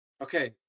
Okay